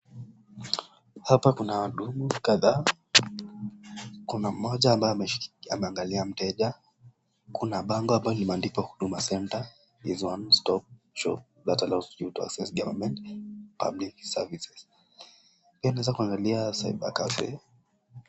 Hapa kuna wahudumu kadhaa, kuna mmoja ambaye ameangalia mteja, kuna bango hapa limeandikwa (cs)Huduma Centre, onestop shop that allows you to access government public services (cs), pia nmeeza kuangalia(cs)cyber cafe(cs).